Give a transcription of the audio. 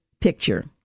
picture